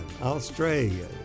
Australia